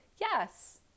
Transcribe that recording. Yes